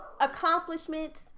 accomplishments